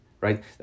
right